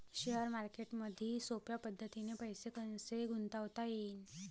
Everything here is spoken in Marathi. शेअर मार्केटमधी सोप्या पद्धतीने पैसे कसे गुंतवता येईन?